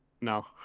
No